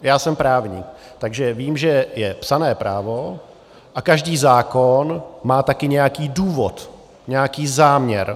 Já jsem právník, takže vím, že je psané právo a každý zákon má také nějaký důvod, nějaký záměr.